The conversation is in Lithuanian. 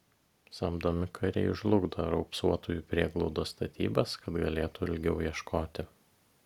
samdomi kariai žlugdo raupsuotųjų prieglaudos statybas kad galėtų ilgiau ieškoti